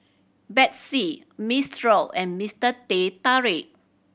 Betsy Mistral and Mister Teh Tarik